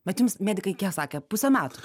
bet jums medikai sakė pusė metų